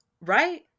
Right